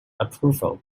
approval